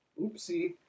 Oopsie